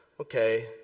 okay